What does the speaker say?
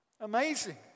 amazing